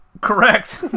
Correct